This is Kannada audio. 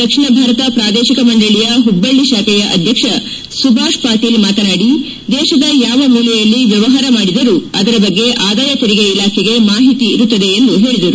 ದಕ್ಷಿಣ ಭಾರತ ಪ್ರಾದೇಶಿಕ ಮಂಡಳಿಯ ಹುಬ್ಬಳ್ಳಿ ಶಾಖೆಯ ಅಧ್ಯಕ್ಷ ಸುಭಾಶ್ ಪಾಟೀಲ ಮಾತನಾಡಿ ದೇಶದ ಯಾವ ಮೂಲೆಯಲ್ಲಿ ವ್ಯವಹಾರ ಮಾಡಿದರೂ ಅದರ ಬಗ್ಗೆ ಆದಾಯ ತೆರಿಗೆ ಇಲಾಖೆಗೆ ಮಾಹಿತಿ ಇರುತ್ತದೆ ಎಂದು ಹೇಳಿದರು